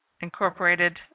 Incorporated